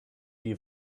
die